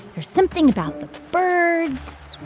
there's something about the birds,